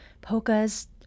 polkas